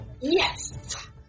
Yes